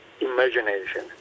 imagination